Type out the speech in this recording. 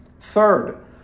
Third